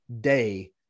day